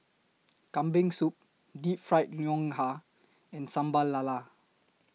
Kambing Soup Deep Fried Ngoh Hiang and Sambal Lala